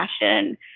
fashion